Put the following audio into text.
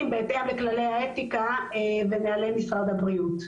בהתאם לכללי האתיקה ונהלי משרד הבריאות.